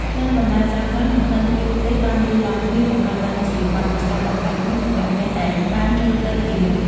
ក្លិនបន្លែស្រស់ៗ និងក្លិនគ្រឿងទេសបានលាយឡំគ្នា បង្កើតបានជាបទពិសោធន៍ដ៏ប្លែកមួយសម្រាប់អ្នកដែលបានចូលទៅទីនោះ។